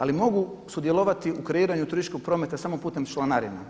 Ali mogu sudjelovati u kreiranju turističkog prometa samo putem članarina.